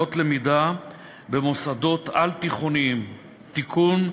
למידה במוסדות על-תיכוניים (תיקון),